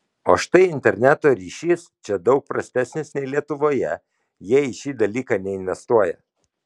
o štai interneto ryšys čia daug prastesnis nei lietuvoje jie į šį dalyką neinvestuoja